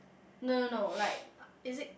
no no no like is it